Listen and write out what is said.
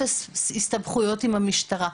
אפס סיבוכים עם המשטרה.